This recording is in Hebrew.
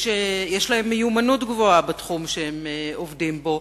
יש להם מיומנות גבוהה בתחום שהם עובדים בו,